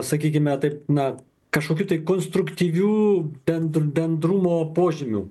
sakykime taip na kažkokių tai konstruktyvių ben bendrumo požymių